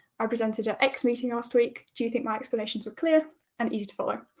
i presented at x meeting last week. do you think my explanation were clear and easy to follow?